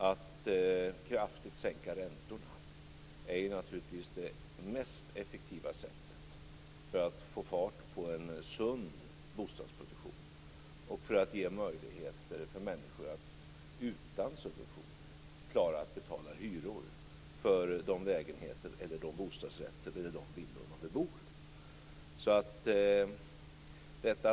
Att kraftigt sänka räntorna är naturligtvis det mest effektiva sättet att få fart på en sund bostadsproduktion och för att ge möjligheter för människor att utan subventioner klara att betala hyror för de lägenheter, bostadsrätter eller villor de bebor.